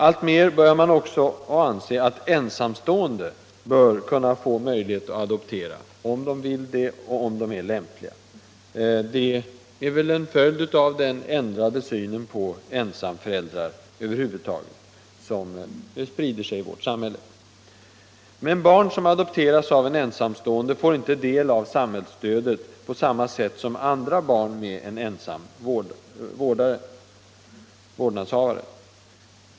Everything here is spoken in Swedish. Alltmer börjar man också anse att ensamstående bör kunna få möjligheten att adoptera om de vill och är lämpliga för det. Det är en följd av den ändrade syn på ensamföräldrar, som växer fram. Men barn som adopteras av en ensamstående får inte del av samhällsstödet på samma sätt som andra barn med en ensam vårdnadshavare.